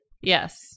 Yes